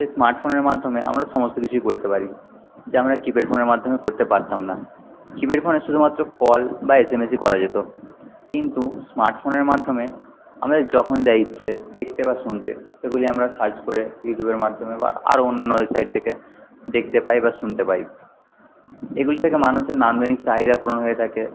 সেই স্মার্টফোনের মাধ্যমে আমরা সমস্ত কিছুই করতে পারি যা আমরা কিপ্যাড ফোনের মাধ্যমে করতে পারতাম না কিপ্যাড ফোনে শুধু মাত্র কল বা এসএমএসই করা যেত কিন্তু স্মার্টফোনের মাধ্যমে আমাদের যখন যা ইচ্ছে দেখতে বা শুনতে সেগুলি আমরা সার্চ করে ইউটিউবের মাধ্যমে বা আরো অন্যান্য ওয়েবসাইট থেকে দেখতে পাই বা শুনতে পাই এগুলি থেকে মানুষের নান্দনিক চাহিদা পূরণ হয়ে থাকে